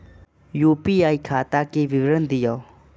UPI खाता के विवरण दिअ?